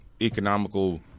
economical